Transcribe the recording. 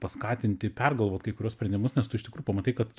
paskatinti pergalvot kai kuriuos sprendimus nes tu iš tikrų pamatai kad